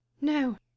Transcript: no